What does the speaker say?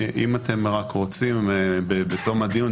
אם אתם רק רוצים בתום הדיון,